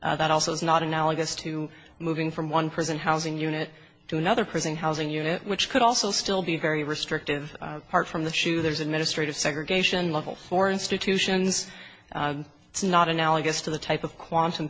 custody that also is not analogous to moving from one prison housing unit to another prison housing unit which could also still be very restrictive apart from the shu there's administrative segregation level for institutions it's not analogous to the type of quantum